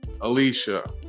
Alicia